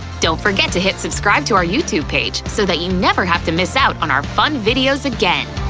don't forget to hit subscribe to our youtube page so that you never have to miss out on our fun videos again!